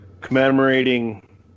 commemorating